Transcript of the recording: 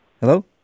Hello